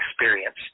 experience